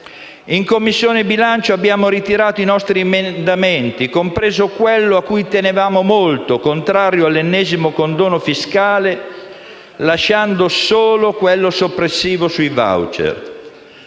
5a Commissione abbiamo ritirato nostri emendamenti, compreso quello (a cui tenevamo molto) contrario all'ennesimo condono fiscale, lasciando solo quello soppressivo sui *voucher*.